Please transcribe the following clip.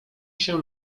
się